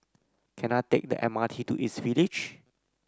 can I take the M R T to East Village